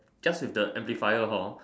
just with the amplifier hor